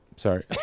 Sorry